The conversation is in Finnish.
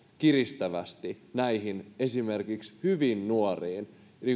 kiristävästi esimerkiksi näihin hyvin nuoriin